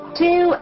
two